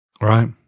Right